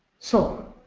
so